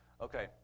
Okay